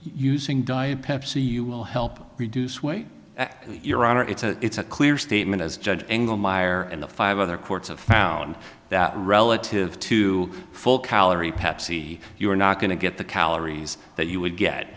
using diet pepsi you will help reduce weight your honor it's a it's a clear statement as judge engle meyer and the five other courts have found that relative to full calorie pepsi you're not going to get the calories that you would get